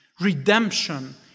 redemption